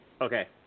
Okay